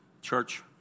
church